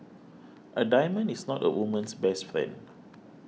a diamond is not a woman's best friend